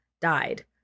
died